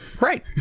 Right